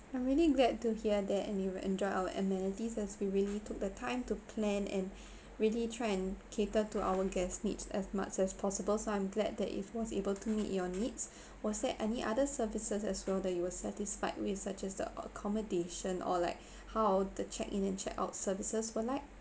I'm really glad to hear that you enjoyed our amenities as we really took the time to plan and really try and cater to our guests' needs as much as possible so I'm glad that it was able to meet your needs was there any other services as well that you were satisfied with such as the accommodation or like how the check in and check out services were like